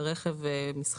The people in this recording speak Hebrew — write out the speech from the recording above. רכב פרטי מסחרי.